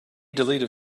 deleted